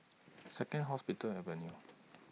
Second Hospital Avenue